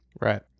right